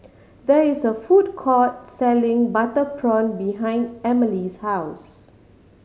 there is a food court selling butter prawn behind Amelie's house